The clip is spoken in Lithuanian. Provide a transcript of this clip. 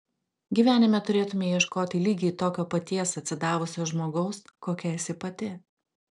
gyvenime turėtumei ieškoti lygiai tokio paties atsidavusio žmogaus kokia esi pati